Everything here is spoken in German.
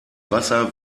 wasser